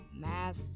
math